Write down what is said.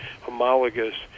homologous